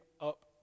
up